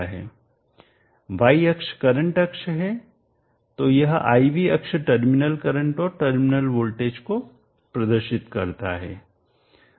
y अक्ष current अक्ष है तो यह I V अक्ष टर्मिनल करंट और टर्मिनल वोल्टेज को प्रदर्शित करता है